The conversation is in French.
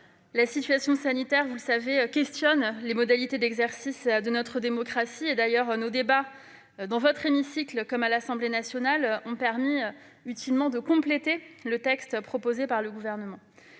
La situation sanitaire, vous le savez, questionne les modalités d'exercice de notre démocratie. Nos débats, dans votre hémicycle comme à l'Assemblée nationale, ont permis de compléter utilement le texte proposé par le Gouvernement.